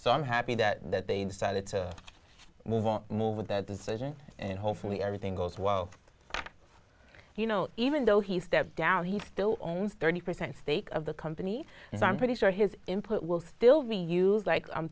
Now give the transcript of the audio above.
so i'm happy that they decided to move on with that decision and hopefully everything goes well you know even though he stepped down he still owns thirty percent of the company and i'm pretty sure his input will still be used like